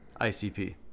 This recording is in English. icp